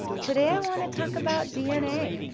today i want to talk about dna,